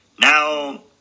Now